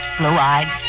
blue-eyed